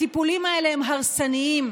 הטיפולים האלה הרסניים.